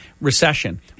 recession